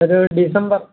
ഒരു ഡിസംബർ